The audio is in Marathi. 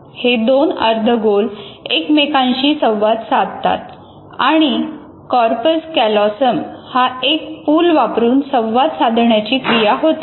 हे दोन अर्धगोल एकमेकांशी संवाद साधतात आणि कॉर्पस कॅलोसम हा एक पूल वापरून संवाद साधण्याची क्रिया होते